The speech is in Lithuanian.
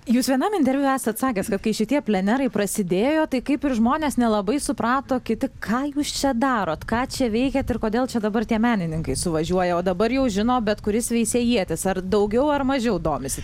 jūs vienam interviu esat sakęs kad kai šitie plenerai prasidėjo tai kaip ir žmonės nelabai suprato kiti ką jūs čia darot ką čia veikiat ir kodėl čia dabar tie menininkai suvažiuoja o dabar jau žino bet kuris veisiejietis ar daugiau ar mažiau domisi